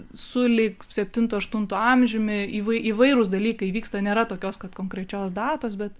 sulig septintu aštuntu amžiumi įvai įvairūs dalykai vyksta nėra tokios kad konkrečios datos bet